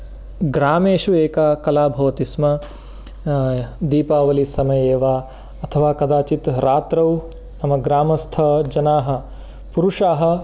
ग्रामेषु एका कला भवति स्म दीपावलीसमये वा अथवा कदाचित् रात्रौ मम ग्रामस्थजनाः पुरुषाः